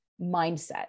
mindset